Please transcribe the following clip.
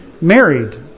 married